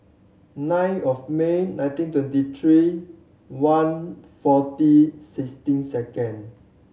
nine of May nineteen twenty three one forty sixteen second